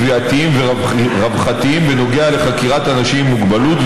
תביעתיים ורווחתיים בנוגע לחקירת אנשים עם מוגבלות,